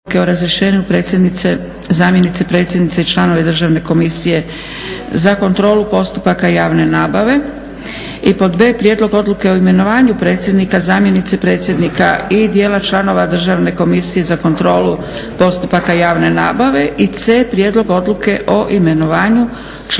o razrješenju predsjednice, zamjenice predsjednice i članice Državne komisije za kontrolu postupaka javne nabave b/ Prijedlog odluke o imenovanju predsjednika, zamjenice predsjednika i dijela članova Državne komisije za kontrolu postupaka javne nabave c/ Prijedlog odluke o imenovanju članice